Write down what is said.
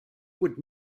would